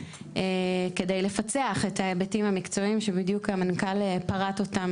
כדי לפצח את ההיבטים המקצועיים שבדיוק המנכ"ל פרט אותם,